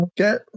Okay